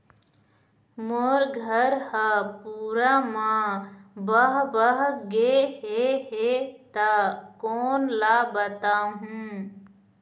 मोर घर हा पूरा मा बह बह गे हे हे ता कोन ला बताहुं?